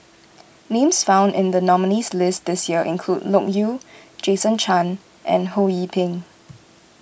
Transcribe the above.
names found in the nominees' list this year include Loke Yew Jason Chan and Ho Yee Ping